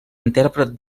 intèrpret